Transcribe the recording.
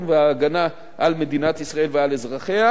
וההגנה על מדינת ישראל ועל אזרחיה,